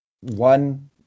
one